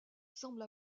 semble